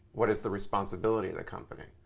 what is the responsibility of the company?